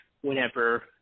whenever